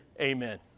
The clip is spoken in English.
Amen